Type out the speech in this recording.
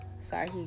Sorry